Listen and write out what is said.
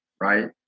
right